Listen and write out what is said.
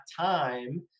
time